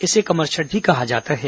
इसे कमरछठ भी कहा जाता है